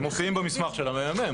הם מופיעים במסמך של המ.מ.מ.